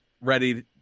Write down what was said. ready